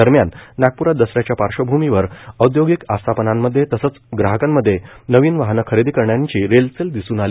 दरम्यान नागप्रात दसऱ्याच्या पार्श्वभूमीवर औद्योगिक आस्थापनान मध्ये तसच ग्राहकांमध्ये नवीन वाहनं खरेदी करणाऱ्यांची रेलचेल दिसून आली